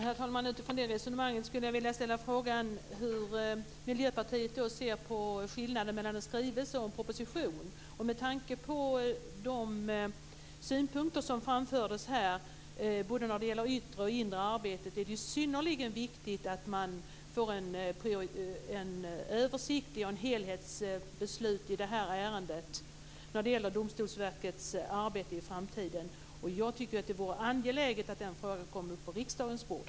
Herr talman! Utifrån det resonemanget skulle jag vilja ställa frågan hur Miljöpartiet ser på skillnaden mellan en skrivelse och en proposition. Med tanke på de synpunkter som framfördes här när det gäller både det yttre och det inre arbetet är det synnerligen viktigt att vi får ett översiktligt beslut och ett helhetsbeslut i det här ärendet om Domstolsverkets arbete i framtiden. Jag tycker att det är angeläget att den frågan kommer upp på riksdagens bord.